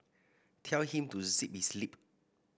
tell him to zip his lip